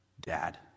Dad